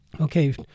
Okay